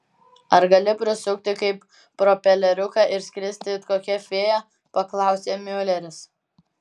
ar gali prisukti kaip propeleriuką ir skristi it kokia fėja paklausė miuleris